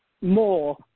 more